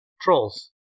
Trolls